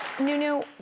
Nunu